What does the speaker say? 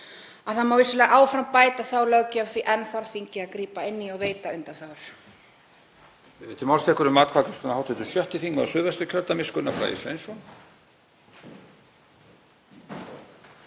það má vissulega áfram bæta þá löggjöf því að enn þarf þingið að grípa inn í og veita undanþágur.